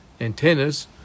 antennas